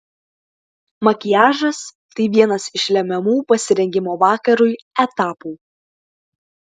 makiažas tai vienas iš lemiamų pasirengimo vakarui etapų